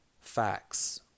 facts